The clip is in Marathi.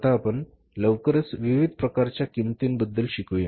आता आपण लवकरच विविध प्रकारच्या किंमतींबद्दल शिकू या